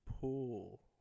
pool